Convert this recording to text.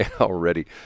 Already